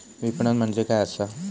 विपणन म्हणजे काय असा?